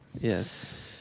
Yes